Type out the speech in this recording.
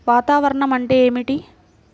వాతావరణం అంటే ఏమిటి?